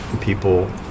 People